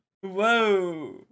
Whoa